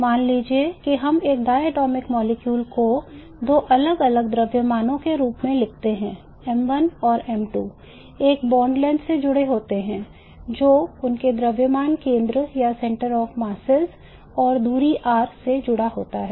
मान लीजिए कि हम एक diatomic molecule को दो अलग अलग द्रव्यमानों के रूप में लिखते हैं m1 और m2 एक बॉन्ड लेंथ से जुड़े होते हैं जो उनके द्रव्यमान केंद्रों और दूरी r से जुड़ा होता है